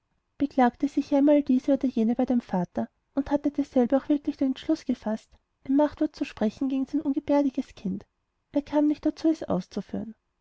beklagte sich ja einmal diese oder jene bei dem vater und hatte derselbe auch wirklich den festen entschluß gefaßt ein machtwort zu sprechen gegen sein unbändiges kind er kam nicht dazu es auszuführen